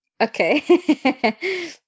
Okay